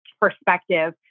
perspective